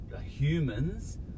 humans